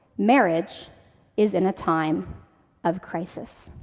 marriage is in a time of crisis.